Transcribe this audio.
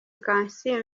kansiime